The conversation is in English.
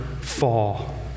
fall